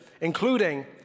including